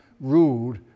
ruled